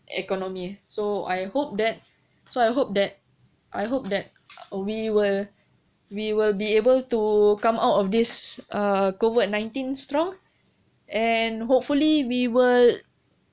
economy so I hope that so I hope that I hope that uh we will we will be able to come out of this uh COVID nineteen strong and hopefully we will